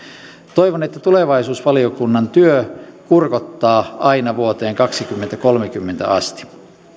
toivon että tulevaisuusvaliokunnan työ kurkottaa aina vuoteen kaksituhattakolmekymmentä asti